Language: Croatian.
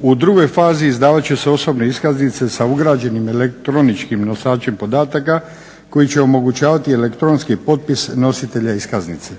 U drugoj fazi izdavat će se iskaznice sa ugrađenim elektroničkim nosačem podataka koji će omogućavati elektronski potpis nositelja iskaznice.